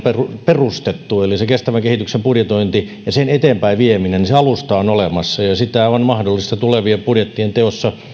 perustettu eli se kestävän kehityksen budjetointi ja sen eteenpäinvieminen se alusta on olemassa sitä on mahdollista tulevien budjettien teossa